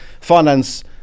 finance